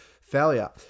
failure